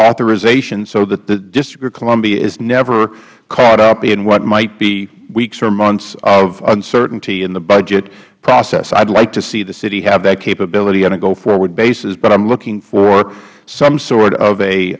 authorization so that the district of columbia is never caught up in what might be weeks or months of uncertainty in the budget process i would like to see the city have that capability on a goforward basis but i'm looking for some sort of a